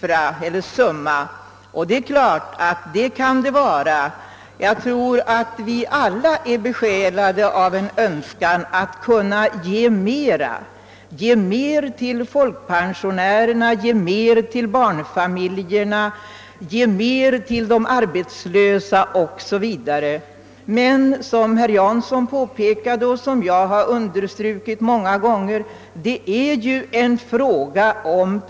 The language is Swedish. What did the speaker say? Det kanske den är, och jag tror att vi alla är besjälade av en önskan att kunna ge mer till folkpensionärerna, barnfamiljerna, de arbetslösa o. s. v. Men detta är, som herr Jansson påpekade och som jag många gånger har understrukit, en fråga om fördelning av resurserna genom en